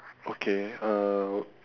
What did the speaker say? okay uh